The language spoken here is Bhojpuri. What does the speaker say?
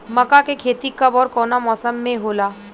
मका के खेती कब ओर कवना मौसम में होला?